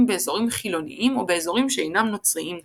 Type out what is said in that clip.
באזורים חילוניים או באזורים שאינם נוצריים כלל.